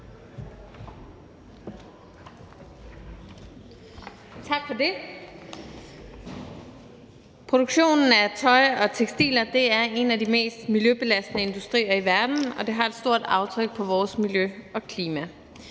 Tak for det. Produktionen af tøj og tekstiler er en af de mest miljøbelastende industrier i verden, og det har et stort aftryk på vores miljø og klima.